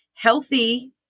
healthy